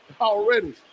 Already